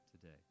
today